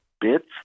bits